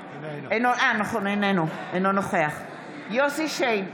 אינו נוכח יוסף שיין,